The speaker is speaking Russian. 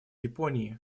японии